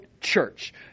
church